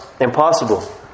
Impossible